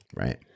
Right